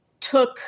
took